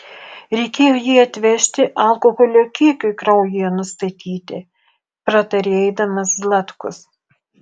reikėjo jį atvežti alkoholio kiekiui kraujyje nustatyti pratarė eidamas zlatkus